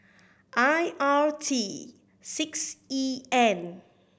I R T six E N